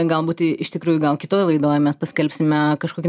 galbūt iš tikrųjų gal kitoj laidoj mes paskelbsime kažkokią